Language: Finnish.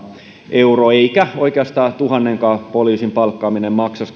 seitsemääntuhanteenkahdeksaansataan eikä oikeastaan tuhannenkaan poliisin palkkaaminen maksaisi